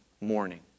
morning